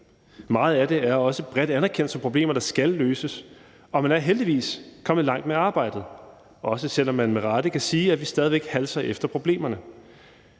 Meget af det er også bredt anerkendt som problemer, der skal løses, og man er heldigvis kommet langt med det arbejde, også selv om man med rette kan sige, at vi stadig væk halser efter problemerne.